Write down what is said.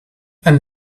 and